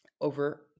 over